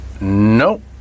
Nope